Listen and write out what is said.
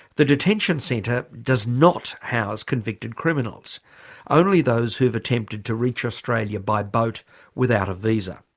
the detention centre does not house convicted criminals only those who've attempted to reach australia by boat without a visa.